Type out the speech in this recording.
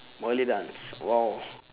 malay dance !wow!